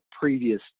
previous